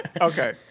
Okay